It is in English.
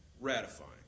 ratifying